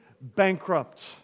bankrupt